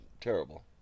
terrible